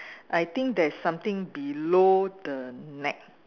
I think there's something below the neck